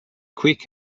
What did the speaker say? quick